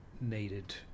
needed